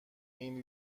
این